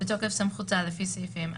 בתוקף סמכותה לפי סעיפים 4,